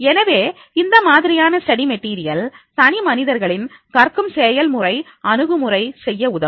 எனவே இந்த மாதிரியான ஸ்டடி மெட்டீரியல் தனிமனிதர்களின் கற்கும் செயல் முறை அணுகுமுறை செய்ய உதவும்